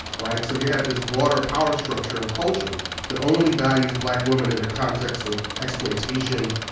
right? so you have this broader power structure and culture that only values black women in the context of exploitation.